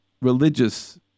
religious